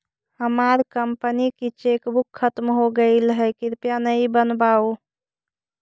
हमार कंपनी की चेकबुक खत्म हो गईल है, कृपया नई बनवाओ